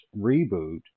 reboot